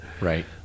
Right